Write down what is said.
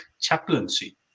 chaplaincy